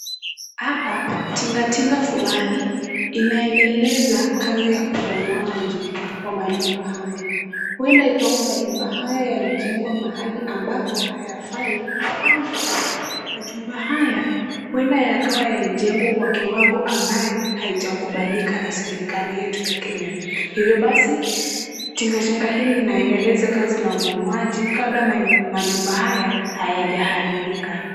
Hapa tingatinga fulani inaendeleza kazi ya ubomoaji wa majumba haya. Huenda ikawa majumba haya yalijengwa mahali ambapo hayafai au pia majengo haya huenda yakawa yalijengwa kwa kiwango ambayo haijakubalika na serikali yetu ya Kenya hivyo basi tingatinga hili linaendeleza kazi ya ubomoaji kabla majumba haya hayajaharibika.